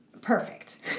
perfect